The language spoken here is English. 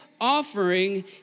offering